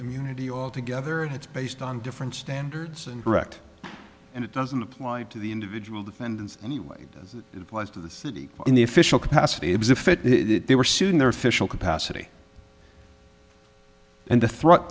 community altogether and it's based on different standards and correct and it doesn't apply to the individual defendants anyway as it applies to the city in the official capacity as if it it they were soon their official capacity and the threat